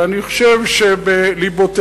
ואני חושב שבלבותיכם,